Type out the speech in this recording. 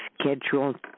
scheduled